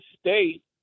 state